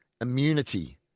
immunity